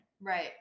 Right